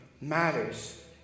matters